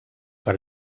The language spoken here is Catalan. per